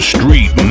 Street